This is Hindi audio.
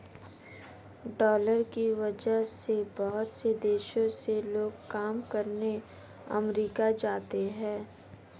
डालर की वजह से बहुत से देशों से लोग काम करने अमरीका जाते हैं